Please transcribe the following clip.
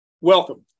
Welcome